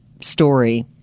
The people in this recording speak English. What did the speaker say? story